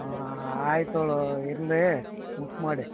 ಹ್ಞೂ ಆಯಿತು ಇರಲಿ ಬುಕ್ ಮಾಡಿ